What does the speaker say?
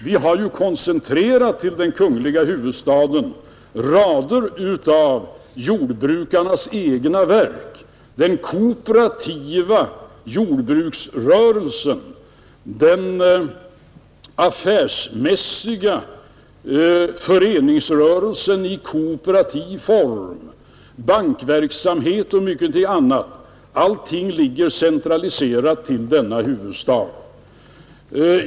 Vi har nu koncentrerade till den kungl. huvudstaden rader av jordbrukarnas egna verk, den kooperativa jordbruksrörelsen, den affärsmässiga föreningsrörelsen i kooperativ form, bankverksamheten och mycket annat — allting ligger centraliserat i denna huvudstad.